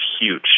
huge